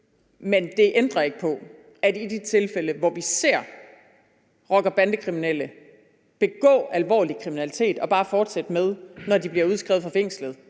Men det ændrer ikke på, at i de tilfælde, hvor vi ser rocker- og bandekriminelle begå alvorlig kriminalitet og bare fortsætte med at få førtidspension, når de bliver udskrevet fra fængsel